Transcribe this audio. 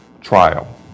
trial